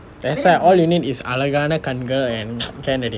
that's why all you need is அழகான கண்கள்:alakaana kankal and can already